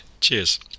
Cheers